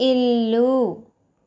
ఇల్లు